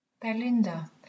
Belinda